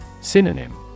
Synonym